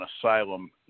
asylum